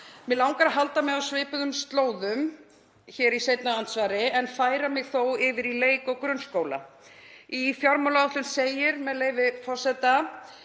Mig langar að halda mig á svipuðum slóðum hér í seinna andsvari en færa mig þó yfir í leik- og grunnskóla. Í fjármálaáætlun segir, með leyfi forseta: